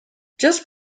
just